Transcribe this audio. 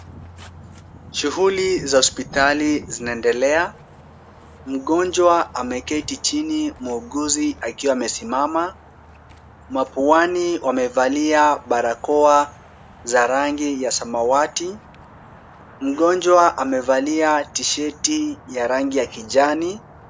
Shughuli za hospitali zinaendelea. Mgonjwa ameketi chini muuguzi akiwa amesimama. Mapuani wamevalia barakoa za rangi ya samawati. Mgonjwa amevalia teshati ya rangi ya kijani.